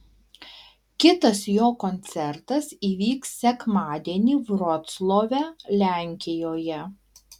kitas jo koncertas įvyks sekmadienį vroclave lenkijoje